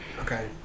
Okay